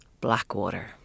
Blackwater